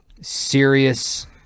serious